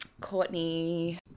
Courtney